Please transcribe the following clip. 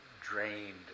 drained